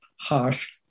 harsh